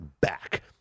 back